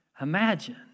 imagine